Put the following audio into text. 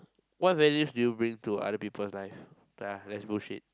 what values do you bring to other people's life uh that's bullshit